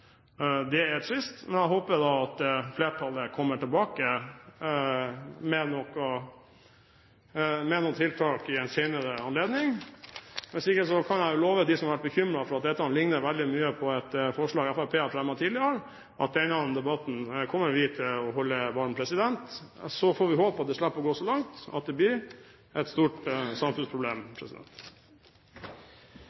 har blitt et stort samfunnsproblem, men som er en tendens vi ikke liker, og som vi ikke har interesse av eller vilje til å gjøre noe med. Det er trist, men jeg håper at flertallet kommer tilbake med noen tiltak ved en senere anledning. Hvis ikke kan jeg jo love dem som har vært bekymret for at dette ligner veldig mye på et forslag Fremskrittspartiet har fremmet tidligere, at vi kommer til å holde denne debatten varm. Så får vi håpe at det slipper å